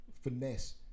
finesse